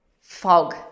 fog